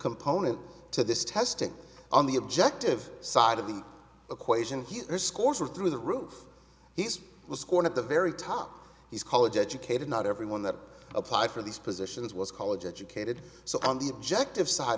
component to this testing on the objective side of the equation scores are through the roof he's scored at the very top he's college educated not everyone that applied for these positions was college educated so on the objective side